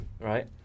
right